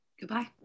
Goodbye